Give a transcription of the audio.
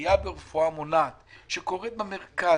ועליה ברפואה מונעת שקורית במרכז,